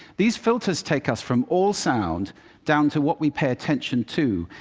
these filters take us from all sound down to what we pay attention to.